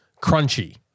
crunchy